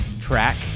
track